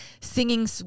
singing